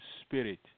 spirit